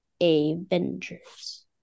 Avengers